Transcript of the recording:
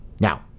Now